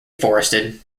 forested